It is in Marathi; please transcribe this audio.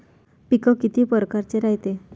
पिकं किती परकारचे रायते?